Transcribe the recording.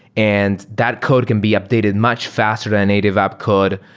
and that code can be updated much faster than native app could.